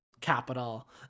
capital